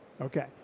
Okay